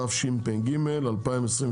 התשפ"ג-2023